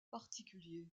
particulier